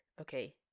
Okay